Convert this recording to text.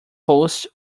post